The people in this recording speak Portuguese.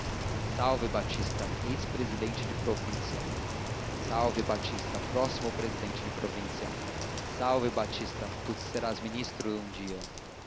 salve batista ex presidente de província salve batista próximo presidente de província salve batista tu serás ministro um dia